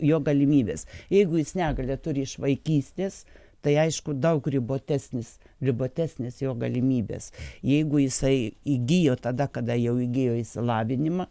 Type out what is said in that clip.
jo galimybės jeigu jis negalią turi iš vaikystės tai aišku daug ribotesnis ribotesnės jo galimybės jeigu jisai įgijo tada kada jau įgijo išsilavinimą